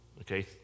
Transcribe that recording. Okay